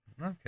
Okay